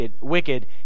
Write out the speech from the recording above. wicked